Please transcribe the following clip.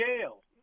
jail